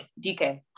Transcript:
DK